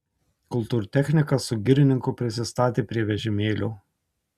kultūrtechnikas su girininku prisistatė prie vežimėlio